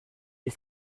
est